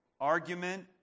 argument